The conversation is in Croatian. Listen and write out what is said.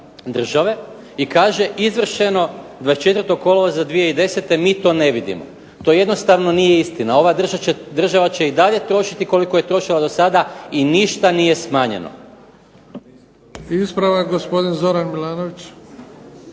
države i kaže izvršeno 24. kolovoza 2010. mi to ne vidimo. To jednostavno nije istina. Ova država će i dalje trošiti koliko je trošila do sada i ništa nije smanjeno. **Bebić, Luka (HDZ)** Ispravak gospodin Zoran Milanović.